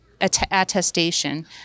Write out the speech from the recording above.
attestation